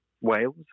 Wales